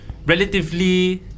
Relatively